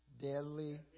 deadly